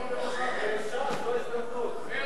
זו ההזדמנות של ש"ס.